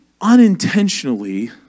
unintentionally